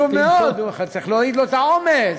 חשוב מאוד, צריך להוריד לו את העומס.